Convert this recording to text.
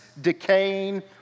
decaying